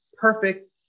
perfect